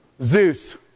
Zeus